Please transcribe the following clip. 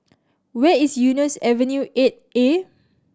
where is Eunos Avenue Eight A